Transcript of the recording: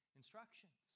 instructions